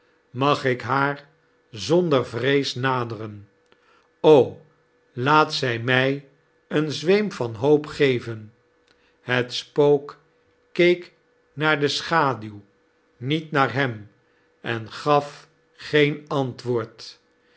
mag ik haar zonder yrees naderen o laat zij mij een zweem van hoop geven het spook keek naar de schaduw niet naar hem en gaf geen antwoord